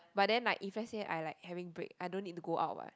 but then like if let's say I like having break I don't need to go out what